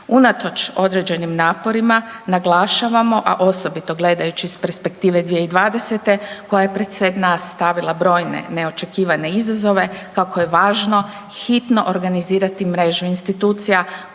Unatoč određenim naporima naglašavamo, a osobito gledajući iz perspektive 2020. koja je pred sve nas stavila brojne neočekivane izazove kako je važno hitno organizirati mrežu institucija